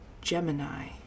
Gemini